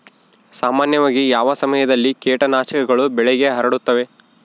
ಸಾಮಾನ್ಯವಾಗಿ ಯಾವ ಸಮಯದಲ್ಲಿ ಕೇಟನಾಶಕಗಳು ಬೆಳೆಗೆ ಹರಡುತ್ತವೆ?